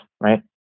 Right